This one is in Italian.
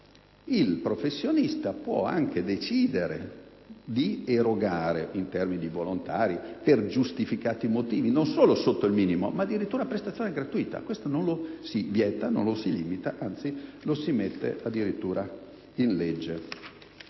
Il professionista può anche decidere di erogare la prestazione, in termini volontari, per giustificati motivi, non solo sotto il minimo, ma addirittura a titolo gratuito. Questo non lo si vieta e non lo si limita, anzi lo si prevede addirittura per legge.